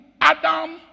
Adam